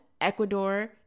Ecuador